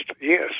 Yes